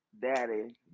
daddy